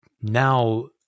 now